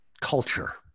culture